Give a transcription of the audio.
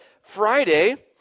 Friday